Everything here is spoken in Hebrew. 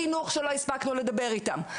חינוך שלא הספקנו לדבר איתם,